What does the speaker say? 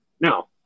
Now